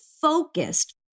focused